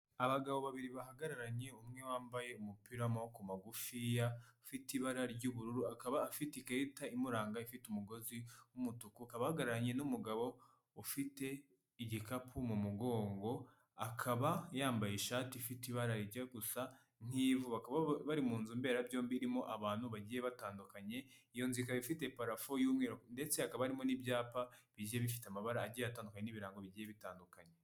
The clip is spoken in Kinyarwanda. Abagabo babiri bahagararanye, umwe wambaye umupira w'amaboko magufiya, ufite ibara ry'ubururu akaba afite ikarita imuranga ifite umugozi w’umutuku, akaba ahagararanye n'umugabo ufite igikapu mu mugongo, akaba yambaye ishati ifite ibara rijya gusa nk’ivu, bakaba bari mu nzu mberabyombi, irimo abantu bagiye batandukanye, iyo nzi ikaba ifite parafo y'umweru ndetse hakaba harimo n'ibyapa bigiye bifite amabara agiye atandukanye n'ibirango bigiye bitandukanye.